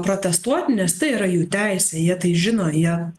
protestuoti nes tai yra jų teisė jie tai žino ir jie